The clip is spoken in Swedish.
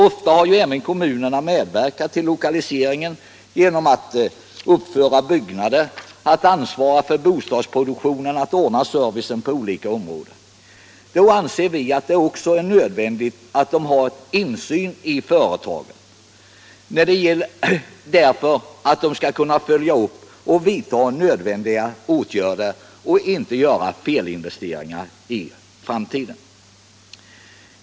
Ofta har kommunerna även medverkat till lokaliseringen genom att uppföra byggnader, ansvara för bostadsproduktionen och ordna service på olika områden, och då anser vi det nödvändigt att de också har insyn i företagen, så att de kan följa verksamheten och vidta nödvändiga åtgärder för att inte göra felinvesteringar i framtiden.